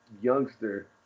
youngster